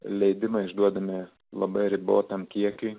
leidimai išduodami labai ribotam kiekiui